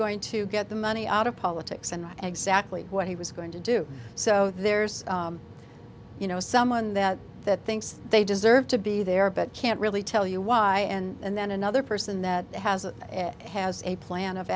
going to get the money out of politics and not exactly what he was going to do so there's you know someone that that thinks they deserve to be there but can't really tell you why and then another person that has a has a plan of